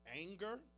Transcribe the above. Anger